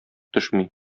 төшми